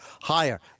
higher